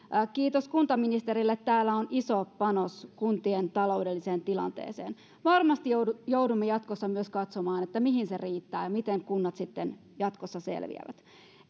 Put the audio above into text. kiitos kuntaministerille täällä on iso panos kuntien taloudelliseen tilanteeseen varmasti joudumme joudumme jatkossa myös katsomaan mihin se riittää ja miten kunnat sitten jatkossa selviävät